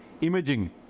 imaging